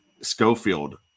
Schofield